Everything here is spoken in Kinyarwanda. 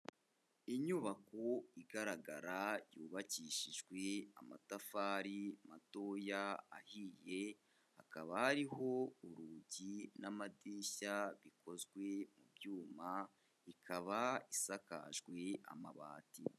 Inyubako igaragara yubakishijwe amatafari matoya ahiye, hakaba hariho urugi n'amadirishya bikozwe mu byuma ikaba isakajwe amabati.